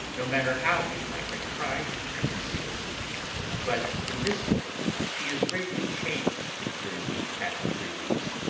no matter how we might have tried to conceal it but in this way she is greatly changed during the past three weeks.